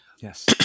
Yes